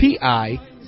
pi